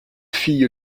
fille